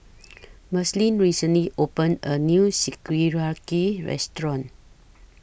Marceline recently opened A New Sukiyaki Restaurant